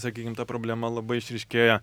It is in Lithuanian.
sakykim ta problema labai išryškėja